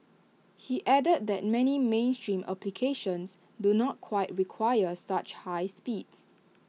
he added that many mainstream applications do not quite require such high speeds